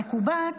מקובץ,